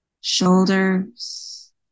shoulders